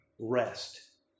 rest